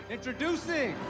Introducing